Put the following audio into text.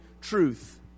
truth